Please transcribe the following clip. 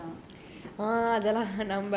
U_S elections lah